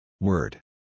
Word